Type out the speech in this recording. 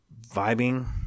vibing